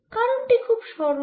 কারণ টি খুব সরল